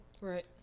Right